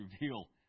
reveal